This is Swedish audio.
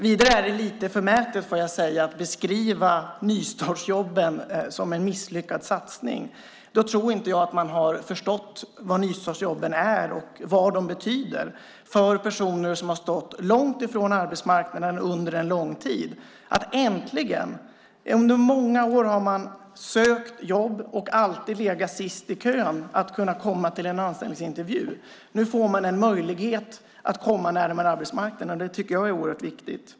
Vidare är det lite förmätet, får jag säga, att beskriva nystartsjobben som en misslyckad satsning. Då tror inte jag att man har förstått vad nystartsjobben är och vad de betyder för personer som har stått långt från arbetsmarknaden under en lång tid. Under många år har de sökt jobb och alltid legat sist i kön att kunna komma till en anställningsintervju. Nu får de en möjlighet att komma närmare arbetsmarknaden. Det tycker jag är oerhört viktigt.